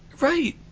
Right